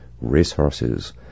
racehorses